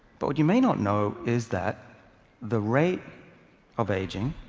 but what you may not know is that the rate of aging